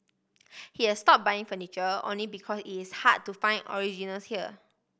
he has stop buying furniture only because it is hard to find originals here